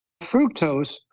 Fructose